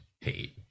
Hate